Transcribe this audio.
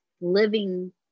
living